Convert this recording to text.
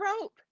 rope